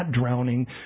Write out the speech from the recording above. drowning